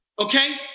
okay